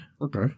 Okay